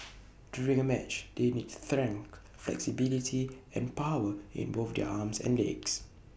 during A match they need strength flexibility and power in both their arms and legs